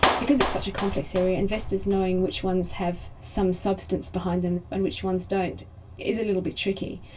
because it's such a complex area, investors knowing which ones have some substance behind them and which ones don't is a little bit tricky.